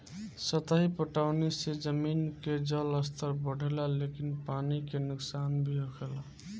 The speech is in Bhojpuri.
सतही पटौनी से जमीन के जलस्तर बढ़ेला लेकिन पानी के नुकसान भी होखेला